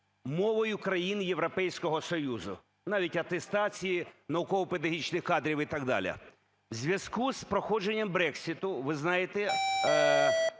"Мовою країн Європейського Союзу". Навіть атестації науково-педагогічних кадрів і так далі. У зв'язку з проходженнямBrexit, ви знаєте,